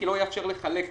כי לא יאפשר לחלק להם.